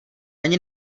ani